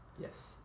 Yes